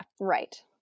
Right